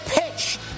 pitch